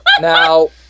Now